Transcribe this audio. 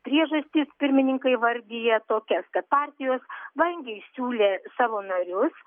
priežastis pirmininkė įvardija tokias kad partijos vangiai siūlė savo narius